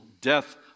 death